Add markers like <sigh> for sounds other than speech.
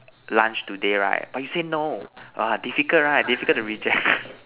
lunch today right but you say no !wah! difficult right difficult to reject <noise>